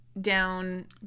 down